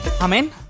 Amen